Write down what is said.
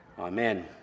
Amen